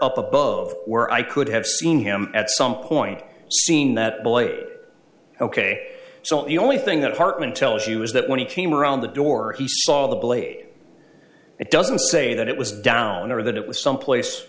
up above where i could have seen him at some point seen that ok so the only thing that apartment tells you is that when he came around the door he saw the blade it doesn't say that it was down or that it was some place